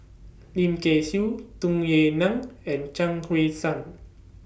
Lim Kay Siu Tung Yue Nang and Chuang Hui Tsuan